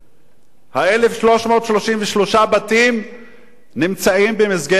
1,333 הבתים נמצאים במסגרת תכנון,